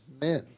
men